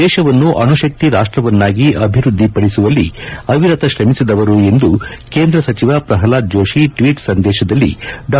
ದೇಶವನ್ನು ಅನುಶಕ್ತಿ ರಾಷ್ಟ್ರವನ್ನಾಗಿ ಅಭಿವೃದ್ಧಿಪಡಿಸುವಲ್ಲಿ ಅವಿರತ ಶ್ರಮಿಸಿದವರು ಎಂದು ಕೇಂದ್ರ ಚಿವ ಪ್ರಹ್ಲಾದ್ ಜೋಶಿ ಟ್ವೀಟ್ ಸಂದೇಶದಲ್ಲಿ ಡಾ